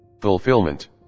Fulfillment